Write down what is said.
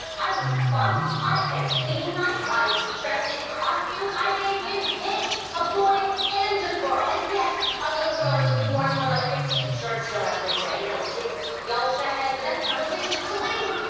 i was fun. i planned theme nights. i dressed in costumes. i gave him kids a boy ah and a girl. and yes, our little girl is looking more and more like winston churchill every day, you know, with the big yalta head. but that's not a reason to leave,